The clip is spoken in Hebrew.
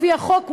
לפי החוק,